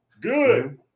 Good